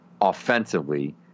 offensively